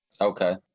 Okay